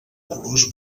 colors